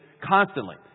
constantly